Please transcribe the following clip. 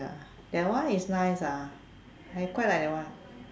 ya that one is nice ah I quite like that one